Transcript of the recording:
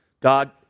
God